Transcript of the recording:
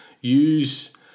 use